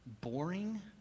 boring